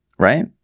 right